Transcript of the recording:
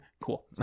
cool